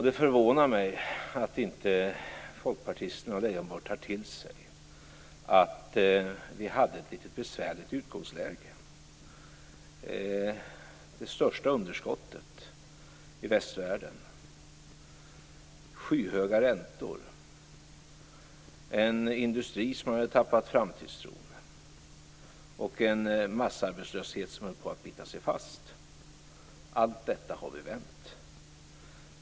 Det förvånar mig att inte folkpartisterna och Leijonborg tar till sig att vi hade ett litet besvärligt utgångsläge med det största underskottet i västvärlden, skyhöga räntor, en industri som hade tappat framtidstron och en massarbetslöshet som höll på att bita sig fast. Allt detta har vi vänt.